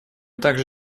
также